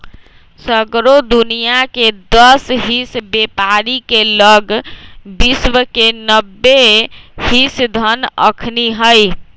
सगरो दुनियाँके दस हिस बेपारी के लग विश्व के नब्बे हिस धन अखनि हई